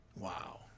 Wow